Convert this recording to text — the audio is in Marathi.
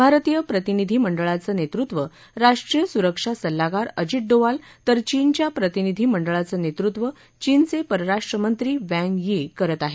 भारतीय प्रतिनिधी मंडळाचं नेतृत्व राष्ट्रीय सुरक्षा सल्लागार अजित डोवाल तर चीनच्या प्रतिनिधी मंडळाचं नेतृत्व चीनचे परराष्ट्र मंत्री वॅन्ग यी करत आहेत